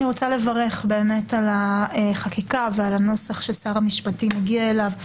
אני רוצה לברך באמת על החקיקה ועל הנוסח ששר המשפטים הגיע אליו.